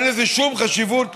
אין לזה שום חשיבות,